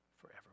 forever